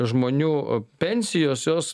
žmonių pensijos jos